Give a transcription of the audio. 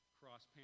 cross